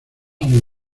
aún